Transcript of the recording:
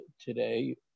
today